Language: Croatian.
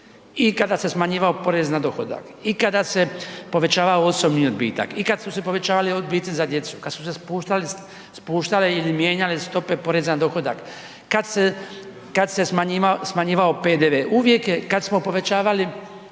i kada se smanjivao porez na dohodak i kada se povećavao osobno odbitak i kad su se povećavali odbici za djecu, kad su se spuštali, spuštale ili mijenjale stope poreza na dohodak, kad se, kad se smanjivao PDV, uvijek je , kad smo povećavali